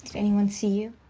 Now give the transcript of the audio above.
anyone see you?